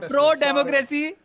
Pro-democracy